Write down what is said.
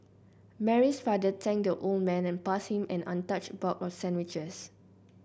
Mary's father thanked the old man and passed him an untouched box of sandwiches